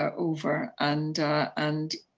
over, and and